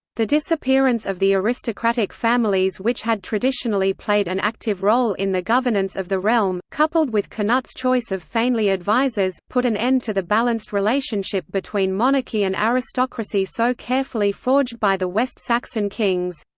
the disappearance of the aristocratic families which had traditionally played an active role in the governance of the realm, coupled with cnut's choice of thegnly advisors, put an end to the balanced relationship between monarchy and aristocracy so carefully forged by the west saxon kings.